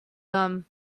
them